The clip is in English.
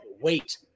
wait